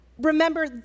remember